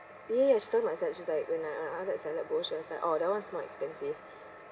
ya she's like when I I ask that salad bowl she was like oh that one is more expensive